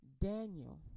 daniel